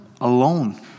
alone